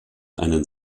einen